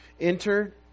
Enter